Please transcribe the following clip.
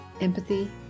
empathy